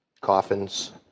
Coffins